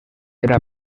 era